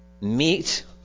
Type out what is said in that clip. meet